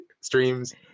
streams